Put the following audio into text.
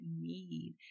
need